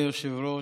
אדוני היושב-ראש,